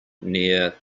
near